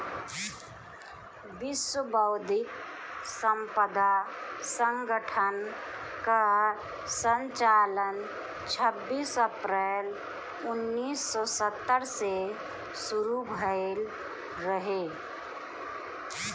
विश्व बौद्धिक संपदा संगठन कअ संचालन छबीस अप्रैल उन्नीस सौ सत्तर से शुरू भयल रहे